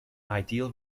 ideal